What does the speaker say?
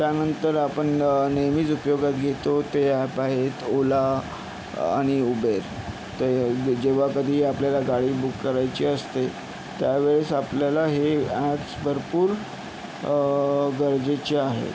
त्यानंतर आपण नेहमीच उपयोगात घेतो ते ॲप आहेत ओला आणि उबेर तर हे जेव्हा कधी आपल्याला गाडी बुक करायची असते त्यावेळेस आपल्याला हे ॲप्स भरपूर गरजेचे आहेत